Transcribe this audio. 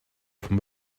vom